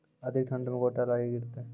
अधिक ठंड मे गोटा मे लाही गिरते?